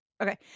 Okay